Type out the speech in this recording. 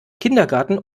kindergarten